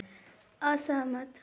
असहमत